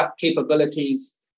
capabilities